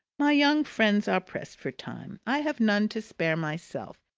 my young friends are pressed for time. i have none to spare myself,